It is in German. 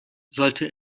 sollte